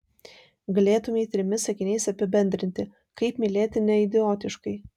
galėtumei trimis sakiniais apibendrinti kaip mylėti neidiotiškai